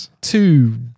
Two